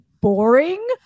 boring